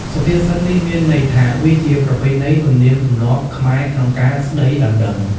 សុភាសិតនេះ មានន័យថា វាជាប្រពៃណីទំនៀមទម្លាប់ខ្មែរក្នុងការស្ដីដណ្ដឹង ។